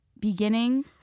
beginning